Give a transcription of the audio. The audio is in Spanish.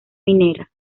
minera